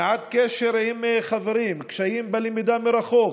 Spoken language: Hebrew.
מעט קשר עם חברים, קשיים בלמידה מרחוק,